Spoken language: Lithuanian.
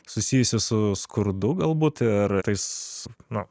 susijusi su skurdu galbūt ir tais no